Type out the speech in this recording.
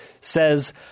Says